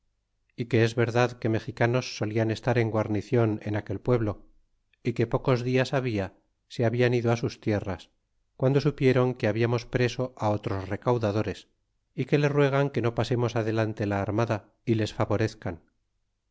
y que es verdad que mexicanos solian estar en guarnicion en aquel pueblo y que pocos dias habla se hablan ido sus tierras piando supiéron que hablamos preso otros recaudadores y que le ruegan que no pasemos adelante la armada y les favorezcan